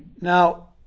Now